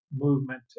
movement